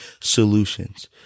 solutions